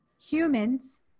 humans